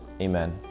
Amen